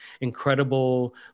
incredible